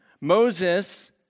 Moses